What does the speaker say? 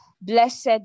Blessed